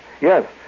yes